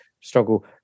struggle